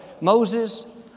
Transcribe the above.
Moses